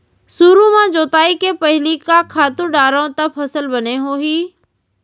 सुरु म जोताई के पहिली का खातू डारव त फसल बने होही?